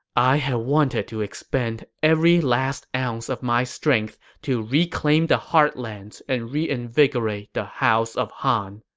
i had wanted to expend every last ounce of my strength to reclaim the heartlands and reinvigorate the house of han.